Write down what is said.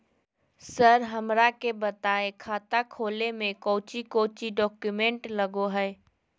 Sir हमरा के बताएं खाता खोले में कोच्चि कोच्चि डॉक्यूमेंट लगो है?